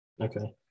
Okay